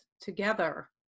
together